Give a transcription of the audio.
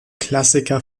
klassiker